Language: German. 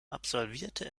absolvierte